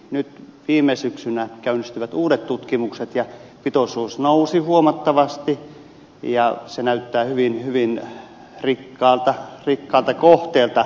nyt viime syksynä käynnistyivät uudet tutkimukset ja pitoisuus nousi huomattavasti ja se näyttää hyvin hyvin rikkaalta kohteelta